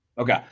Okay